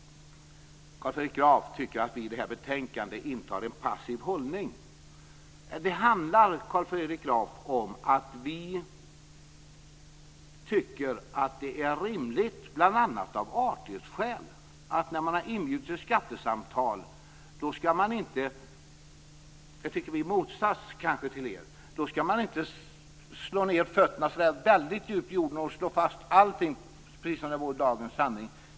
Carl Fredrik Graf tycker att vi i detta betänkande intar en passiv hållning. Det handlar, Carl Fredrik Graf, om att vi tycker att det bl.a. av artighetsskäl är rimligt att man, när man inbjudit till skattesamtal inte - kanske i motsats till er - inte skall sätta ned fötterna så väldigt djupt i jorden och slå fast allting, precis som vore det dagens sanning.